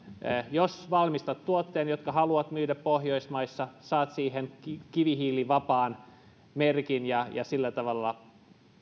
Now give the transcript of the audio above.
jos valmistat tuotteen jota haluat myydä pohjoismaissa saat siihen kivihiilivapaan merkin ja ja sillä tavalla